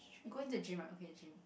you going to gym ah okay gym